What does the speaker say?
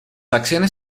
acciones